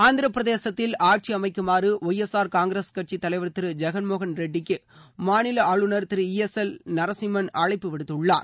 ஆந்திரப்பிரதேசத்தில் ஆட்சி அமைக்குமாறு ஒய்எஸ்ஆர் காங்கிரஸ் கட்சித்தலைவர் திரு ஜெகன்மோகன் ரெட்டிக்கு மாநில ஆளுநர் திரு ஈ எஸ் எல் நரசிம்மன் அழைப்பு விடுத்துள்ளார்